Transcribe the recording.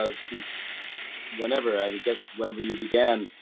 ah since whenever, i guess whenever you began.